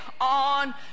on